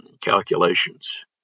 calculations